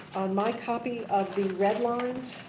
on my copy of the red lines.